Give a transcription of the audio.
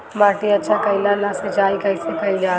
माटी अच्छा कइला ला सिंचाई कइसे कइल जाला?